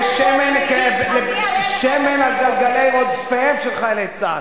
ושמן על גלגלי רודפיהם של חיילי צה"ל.